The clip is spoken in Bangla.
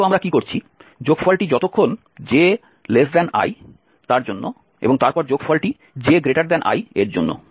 তাই মূলত আমরা কি করছি যোগফলটি যতক্ষণ ji তার জন্য এবং তারপর যোগফলটি j i এর জন্য